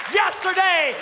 yesterday